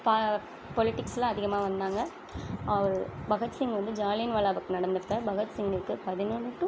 பா பொலிடிக்ஸ்ல அதிகமாக வந்தாங்கள் அவர் பகத்சிங் வந்து ஜாலியன்வாலாபக் நடந்தப்போ பகத்சிங்குக்கு பதினொன்று டு